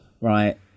right